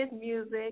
music